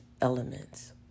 elements